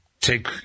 take